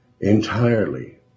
Entirely